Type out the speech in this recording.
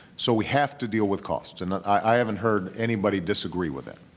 so we have to deal with costs, and i haven't heard anybody disagree with that.